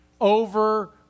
over